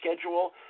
schedule